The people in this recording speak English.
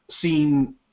seen